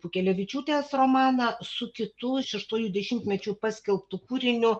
pūkelevičiūtės romaną su kitu šeštuoju dešimtmečiu paskelbtu kūriniu